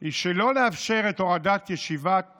היא שלא לאפשר את הורדת ישיבת